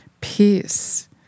peace